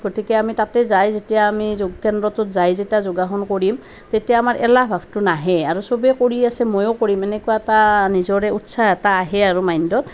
গতিকে আমি তাতে যায় যেতিয়া আমি যোগ কেন্দ্ৰটোত যায় যেতিয়া যোগাসন কৰিম তেতিয়া আমাৰ এলাহ ভাৱটো নাহেই আৰু সবে কৰি আছে মইও কৰিম এনেকুৱা এটা নিজৰে উৎসাহ এটা আহে আৰু মাইন্ডত